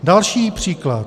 Další příklad.